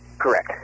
correct